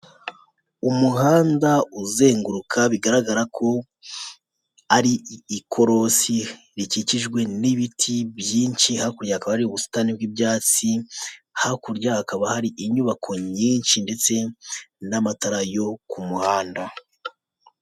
Umuhanda uzenguruka, bigaragara ko ari i ikorosi rikikijwe n'ibiti byinshi, hakurya hakaba hari ubusitani bw'ibyatsi, hakurya hakaba hari inyubako nyinshi, ndetse n'amatara yo ku muhanda.